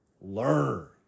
learn